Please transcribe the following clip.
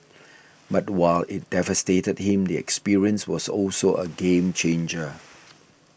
but while it devastated him the experience was also a game changer